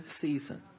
season